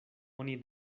oni